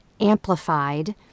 amplified